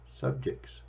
subjects